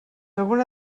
alguna